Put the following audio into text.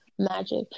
magic